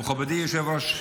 מכובדי היושב-ראש,